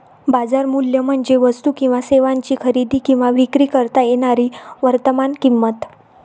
बाजार मूल्य म्हणजे वस्तू किंवा सेवांची खरेदी किंवा विक्री करता येणारी वर्तमान किंमत